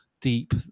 deep